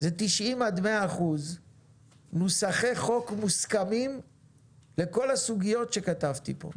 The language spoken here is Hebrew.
90% 100% נוסחי חוק מוסכמים לכל הסוגיות שכתבתי פה.